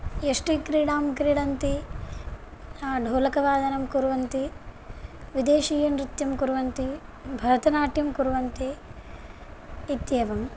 यष्टिक्रीडां क्रीडन्ति ढोलकवादनं कुर्वन्ति विदेशीयनृत्यं कुर्वन्ति भरतनाट्यं कुर्वन्ति इत्येवम्